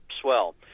Swell